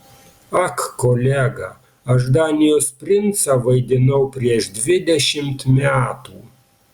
ak kolega aš danijos princą vaidinau prieš dvidešimt metų